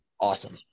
awesome